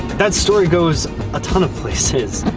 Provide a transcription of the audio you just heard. that story goes a ton of places,